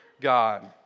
God